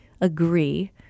agree